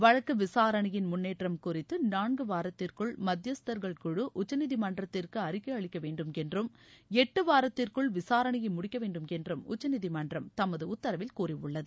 வழக்கு விசாரணையின் முன்னேற்றம் குறித்து நான்கு வாரத்திற்குள் மத்தியஸ்தர்கள் குழு உச்சநீதிமன்றத்திற்கு அறிக்கை அளிக்க வேண்டுமென்றும் எட்டு வாரத்திற்குள் விசாரணையை முடிக்க வேண்டுமென்றும் உச்சநீதிமன்றம் தமது உத்தரவில் கூறியுள்ளது